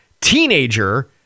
teenager